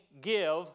give